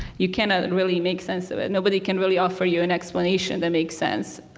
you cannot and really make sense of it. nobody can really offer you an explanation that makes sense.